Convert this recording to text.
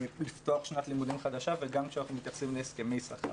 לפתוח שנת לימודים חדשה וגם כשאנחנו מתייחסים להסכמי שכר.